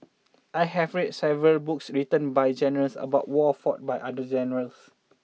I have read several books written by generals about wars fought by other generals